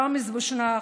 ראמז בושנאק,